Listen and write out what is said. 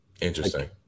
Interesting